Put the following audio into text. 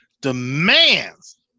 demands